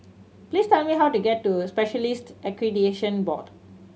please tell me how to get to Specialist Accreditation Board